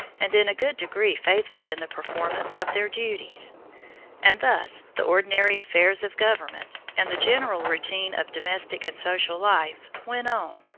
and in a good degree faithful in the performance of their duties and thus the ordinary affairs of government, and the general routine of domestic and social life, went on,